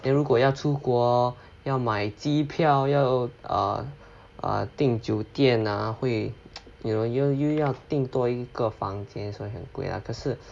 then 如果要出国要买机票要 err err 订酒店 ah 会 you know 又要订多一个房间所以很贵 ah 可是